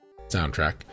soundtrack